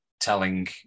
telling